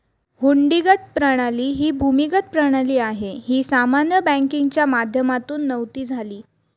हुंडी प्रणाली एक भूमिगत प्रणाली आहे, ही सामान्य बँकिंगच्या माध्यमातून नव्हती झाली